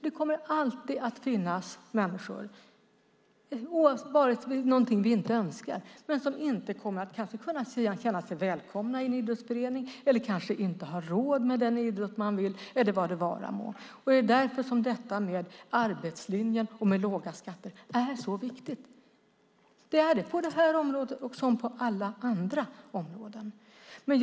Det kommer alltid - vilket vi inte önskar - att finnas människor som kanske inte känner sig välkomna i en idrottsförening, som kanske inte har råd med den idrott man vill utöva eller vad det vara må. Det är därför detta med arbetslinjen och låga skatter är så viktigt. Det är det på det här området som på alla andra områden.